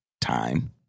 Time